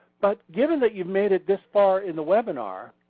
but given that you made it this far in the webinar,